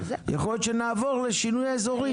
יכול להיות שנעבור לשינוי אזורים.